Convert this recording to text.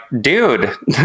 dude